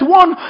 one